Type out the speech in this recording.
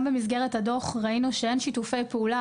במסגרת הדוח ראינו שאין שיתופי פעולה